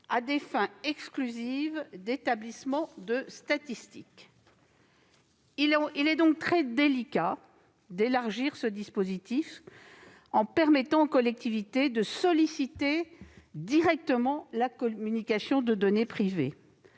à des fins exclusives d'établissement de statistiques. Il est donc très délicat d'élargir le dispositif en permettant aux collectivités de solliciter directement la communication de données privées.